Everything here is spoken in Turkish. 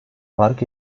park